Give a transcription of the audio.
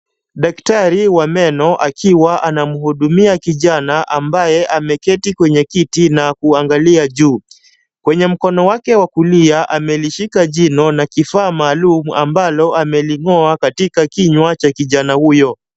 Daktari wa meno akiwa anamhudumia kijana ambaye ameketi kwenye kiti na kuangalia juu. Kwenye mkono wake wa kulia amelishika jino na kifaa ambalo ameling'oa kwenye kinywa cha kijana huyo.